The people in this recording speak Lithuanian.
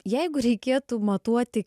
jeigu reikėtų matuoti